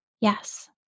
Yes